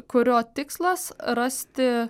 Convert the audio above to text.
kurio tikslas rasti